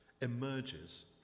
emerges